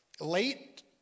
Late